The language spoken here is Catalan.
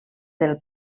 del